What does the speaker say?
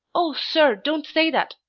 oh, sir, don't say that!